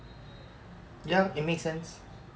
ya it makes sense